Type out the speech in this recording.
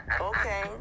okay